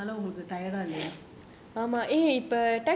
இந்த:intha the coffee deprivation உங்களுக்கு:ungalau tired இல்லையா:illaiya